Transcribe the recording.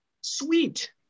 sweet